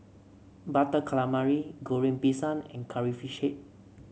Butter Calamari Goreng Pisang and Curry Fish Head